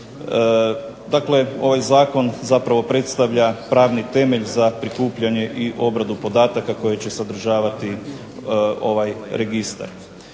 Dakle ovaj zakon zapravo predstavlja pravni temelj za prikupljanje i obradu podataka koji će sadržavati ovaj registar.